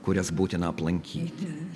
kurias būtina aplankyti